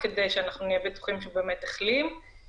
מכאן שואל אתכם חבר הכנסת סגלוביץ',